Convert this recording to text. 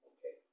Okay